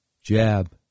jab